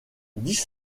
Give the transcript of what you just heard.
dix